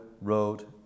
road